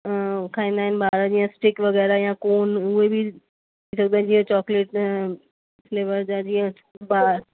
खाईंदा आहनि ॿार जीअं स्टिक वगै़रह या कोन उहे बि जीअं चॉक्लेट फ़्लेवर जा जीअं ॿार